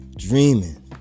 Dreaming